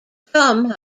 come